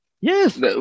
Yes